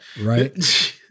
Right